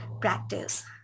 practice